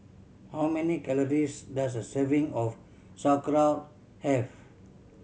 how many calories does a serving of Sauerkraut have